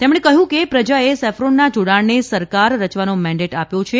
તેમણે કહ્યું કે પ્રજાએ સેફ્રોનના જોડાણને સરકાર રચવાનો મેન્ટેડ આપ્યો છે